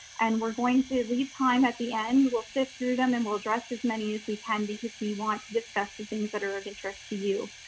and we're going to leave time at the end. we'll sit through them and we'll address as many as we can, because we want to discuss the things that are of interest to you.